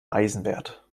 eisenwert